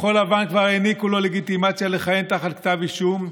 כחול לבן כבר העניקו לו לגיטימציה לכהן תחת כתב אישום,